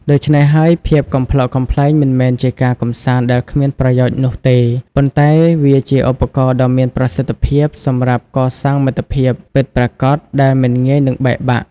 ដូច្នេះហើយ ភាពកំប្លុកកំប្លែងមិនមែនជាការកម្សាន្តដែលគ្មានប្រយោជន៍នោះទេ ប៉ុន្តែវាជាឧបករណ៍ដ៏មានប្រសិទ្ធភាពសម្រាប់កសាងមិត្តភាពពិតប្រាកដដែលមិនងាយនឹងបែកបាក់។